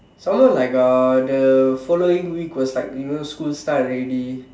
some more like uh the following week was like you know school start already